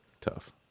tough